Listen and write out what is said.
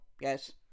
yes